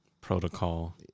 Protocol